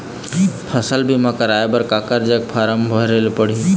फसल बीमा कराए बर काकर जग फारम भरेले पड़ही?